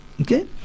Okay